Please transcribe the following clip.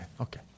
Okay